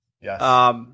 Yes